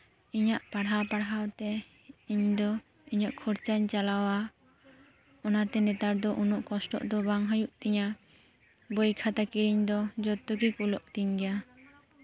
ᱤᱧᱟᱹᱜ ᱯᱟᱲᱦᱟᱣ ᱯᱟᱲᱦᱟᱣ ᱛᱮ ᱤᱧ ᱫᱚ ᱤᱧᱟᱹᱜ ᱠᱷᱚᱨᱚᱪᱟᱧ ᱪᱟᱞᱟᱣᱟ ᱚᱱᱟᱛᱮ ᱱᱮᱛᱟᱨ ᱫᱚ ᱩᱱᱟᱹᱜ ᱠᱚᱥᱴᱚᱜ ᱫᱚ ᱵᱟᱝ ᱦᱩᱭᱩᱜ ᱛᱤᱧᱟᱹ ᱵᱳᱭ ᱠᱷᱟᱛᱟ ᱠᱤᱨᱤᱧ ᱫᱚ ᱡᱚᱛᱚᱜᱮ ᱠᱩᱞᱟᱹᱜ ᱛᱤᱧ ᱜᱮᱭᱟ